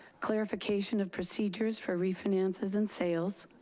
clarification of procedures for refinances and sales,